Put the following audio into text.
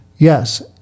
Yes